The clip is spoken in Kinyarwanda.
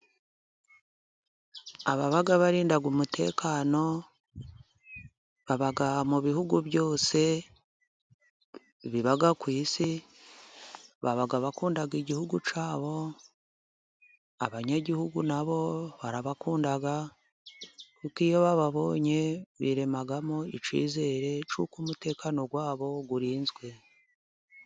Ababa barinda umutekano baba mu bihugu byose bibaga ku isi baba bakunda igihugu cyabo, abanyagihugu nabo barabakunda kuko iyo bababonye biremamo icyizere cyuuko umutekano wabo urinzwe.